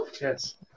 yes